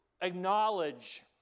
acknowledge